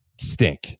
stink